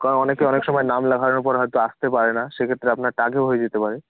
কারণ অনেকে অনেক সময় নাম লেখানোর পর হয়তো আসতে পারে না সেক্ষেত্রে আপনারটা আগেও হয়ে যেতে পারে